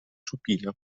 supina